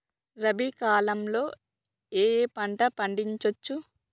రబీ కాలంలో ఏ ఏ పంట పండించచ్చు?